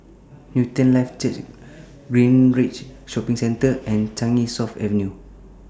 Newton Life Church Greenridge Shopping Centre and Changi South Avenue